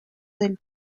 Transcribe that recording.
del